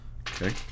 Okay